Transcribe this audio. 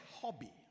hobby